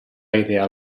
ideal